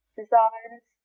designs